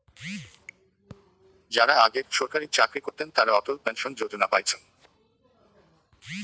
যারা আগেক ছরকারি চাকরি করতেন তারা অটল পেনশন যোজনা পাইচুঙ